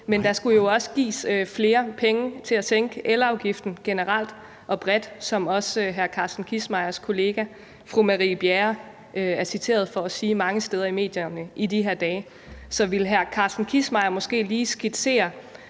men der skulle jo også gives flere penge til at sænke elafgiften generelt og bredt, som også hr. Carsten Kissmeyers kollega fru Marie Bjerre er citeret for at sige mange steder i medierne i de her dage. Så ville hr. Carsten Kissmeyer måske lige skitsere,